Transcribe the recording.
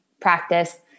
practice